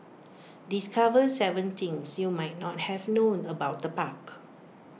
discover Seven things you might not have known about the park